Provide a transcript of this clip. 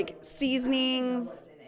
seasonings